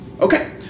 Okay